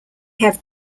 have